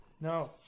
No